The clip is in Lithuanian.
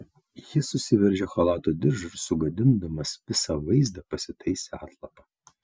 jis susiveržė chalato diržą ir sugadindamas visą vaizdą pasitaisė atlapą